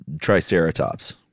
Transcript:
triceratops